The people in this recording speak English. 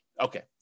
Okay